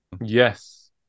Yes